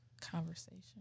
conversation